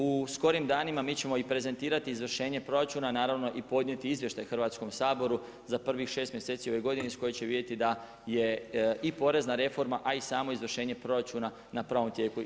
U skorim danima mi ćemo i prezentirati izvršenje proračuna a naravno i podnijeti izvještaj Hrvatskom saboru za prvih 6 mjeseci ove godine iz kojih će se vidjeti da je i porezna reforma a i samo izvršenje proračuna na pravom tijeku.